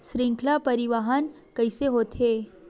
श्रृंखला परिवाहन कइसे होथे?